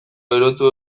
berotu